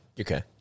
Okay